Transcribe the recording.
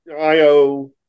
IO